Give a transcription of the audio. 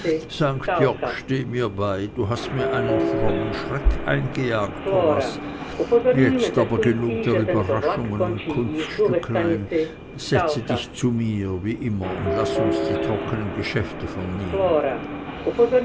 steh mir bei du hast mir einen frommen schreck eingejagt thomas überraschungen und kunststücklein setze dich zu mir wie immer und laß uns die trockenen geschäfte vornehmen